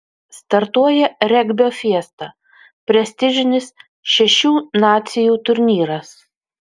startuoja regbio fiesta prestižinis šešių nacijų turnyras